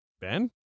Ben